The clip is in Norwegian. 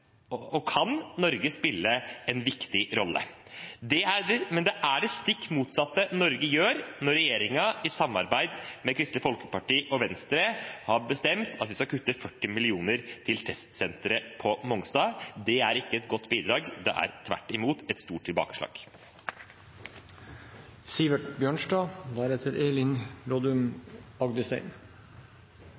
og kan Norge spille en viktig rolle, men det er det stikk motsatte Norge gjør når regjeringen, i samarbeid med Kristelig Folkeparti og Venstre, har bestemt at vi skal kutte 40 mill. kr til testsenteret på Mongstad. Det er ikke et godt bidrag. Det er tvert imot et stort tilbakeslag.